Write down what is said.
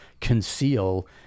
conceal